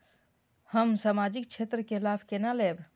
हम सामाजिक क्षेत्र के लाभ केना लैब?